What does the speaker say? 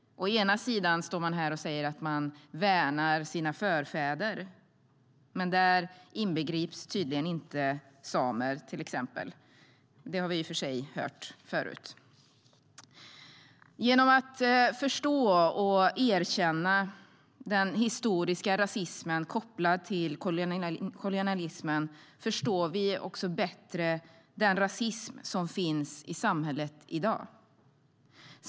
Sverigedemokraterna säger att de värnar sina förfäder, men där inbegrips tydligen inte till exempel samer. Det har vi i och för sig hört förut. Genom att förstå och erkänna den historiska rasismen kopplad till kolonialismen förstår vi också bättre den rasism som finns i samhället i dag.